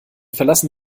verlassen